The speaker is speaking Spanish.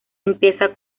empieza